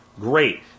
great